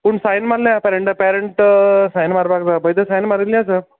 पूण सायन मारल्या parent parent sign मारपाक जाय पळय थंय सायन मारिल्ली आसा